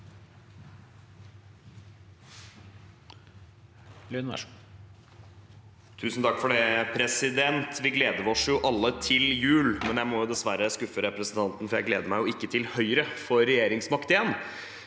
Lund (R) Vi gleder oss alle til jul, men jeg må dessverre skuffe representanten, for jeg gleder meg ikke til at Høyre får regjeringsmakt igjen.